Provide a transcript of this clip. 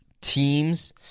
teams